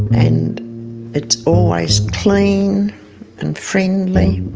and it's always clean and friendly.